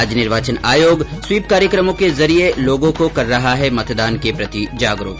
राज्य निर्वाचन आयोग स्वीप कार्यक्रमों के जरिये लोगों को कर रहा है मतदान के प्रति जागरूक